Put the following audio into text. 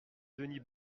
denis